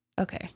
Okay